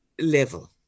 level